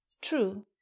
True